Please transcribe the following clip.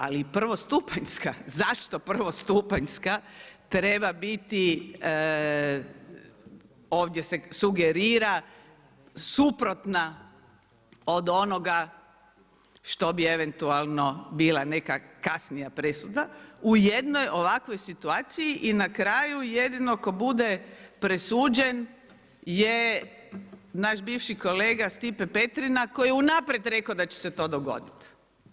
Ali i prvostupanjska, zašto prvostupanjska treba biti, ovdje sugerira, suprotna od onoga što bi eventualno bila neka kasnije presuda u jednoj ovakvoj situaciji i na kraju, jedino, ako bude presuđen, je naš bivši kolega Stipe Petrina koji je unaprijed rekao da će se to dogoditi.